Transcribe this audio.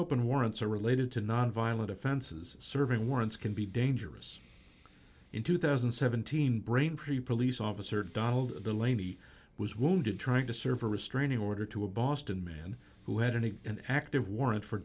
open warrants are related to nonviolent offenses serving warrants can be dangerous in two thousand and seventeen braintree police officer donald laney was wounded trying to serve a restraining order to a boston man who had an active warrant for